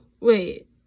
Wait